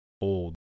old